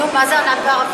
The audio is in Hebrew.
נו, מה זה ענת בערבית?